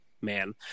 man